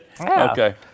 Okay